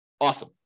Awesome